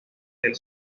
del